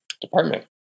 department